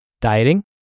Dieting